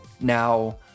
Now